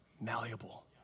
malleable